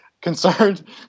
concerned